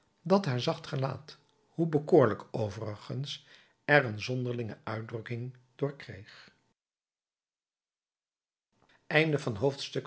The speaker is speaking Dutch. dat haar zacht gelaat hoe bekoorlijk overigens er een zonderlinge uitdrukking door kreeg